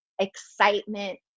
excitement